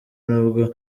nubwo